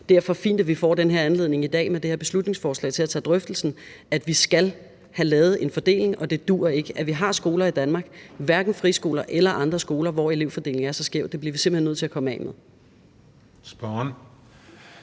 derfor også fint, at vi får den her anledning i dag med det her beslutningsforslag til at tage drøftelsen om, at vi skal have lavet en fordeling, og det duer ikke, at vi har skoler i Danmark, hverken friskoler eller andre skoler, hvor elevfordelingen er så skæv. Det bliver vi simpelt hen nødt til at komme af med. Kl.